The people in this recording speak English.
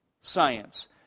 science